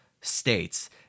states